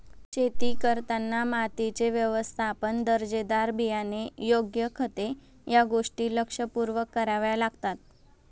शेती करताना मातीचे व्यवस्थापन, दर्जेदार बियाणे, योग्य खते या गोष्टी लक्षपूर्वक कराव्या लागतात